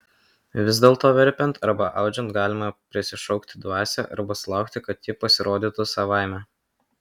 vis dėlto verpiant arba audžiant galima prisišaukti dvasią arba sulaukti kad ji pasirodytų savaime